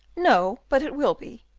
no, but it will be,